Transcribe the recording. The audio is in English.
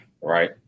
right